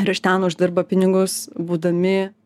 ir iš ten uždirba pinigus būdami